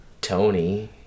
tony